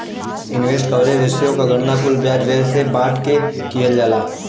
interest coverage ratio क गणना कुल ब्याज व्यय से बांट के किहल जाला